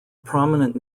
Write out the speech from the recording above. prominent